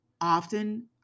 often